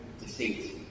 deceit